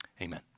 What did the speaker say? amen